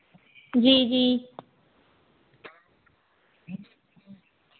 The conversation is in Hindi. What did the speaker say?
जी जी